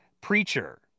preacher